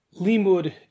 limud